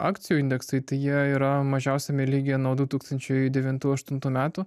akcijų indeksai tai jie yra mažiausiame lygyje nuo du tūkstančiai devintų aštuntų metų